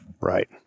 Right